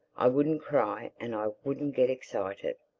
i wouldn't cry and i wouldn't get excited.